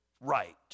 right